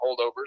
holdovers